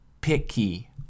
Picky